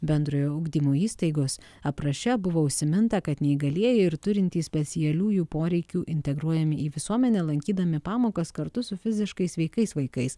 bendrojo ugdymo įstaigos apraše buvo užsiminta kad neįgalieji ir turintys specialiųjų poreikių integruojami į visuomenę lankydami pamokas kartu su fiziškai sveikais vaikais